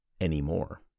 anymore